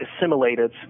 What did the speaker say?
assimilated